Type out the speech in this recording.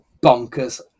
bonkers